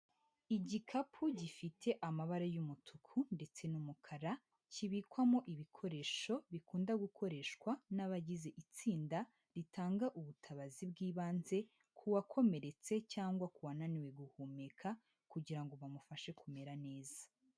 Igikapu gifite amabara y'umutuku ndetse n'umukara, kibikwamo ibikoresho bikunda gukoreshwa n'abagize itsinda, ritanga ubutabazi bw'ibanze, ku wakomeretse cyangwa ku wananiwe guhumeka kugira ngo bamufashe kumera neza.